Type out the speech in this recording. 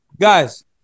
Guys